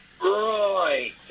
Right